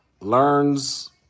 Learns